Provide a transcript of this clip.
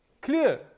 Clear